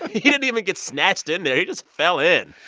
he didn't even get snatched in there. he just fell in.